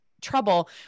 trouble